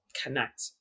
connect